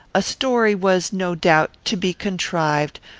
a story was, no doubt, to be contrived,